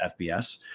FBS